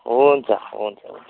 हुन्छ हुन्छ हुन्छ